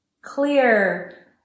Clear